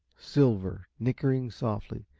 silver, nickering softly,